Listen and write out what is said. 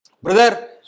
Brother